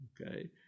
Okay